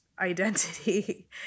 identity